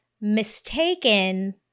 mistaken